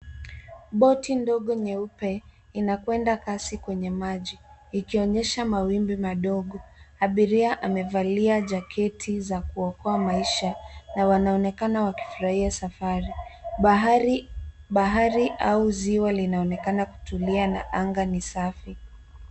Boati ndogo nyeupe inakwenda kasi kwenye maji. Ikionyesha mawimbi madogo. Abiria amevalia jaketi za kuokoa maisha na wanaonekana wakifurahia safari. Bahari au ziwa linaonekana kutulia na anga ni safi .